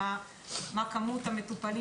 מה כמות המטופלים